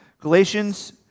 Galatians